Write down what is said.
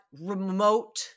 remote